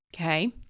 okay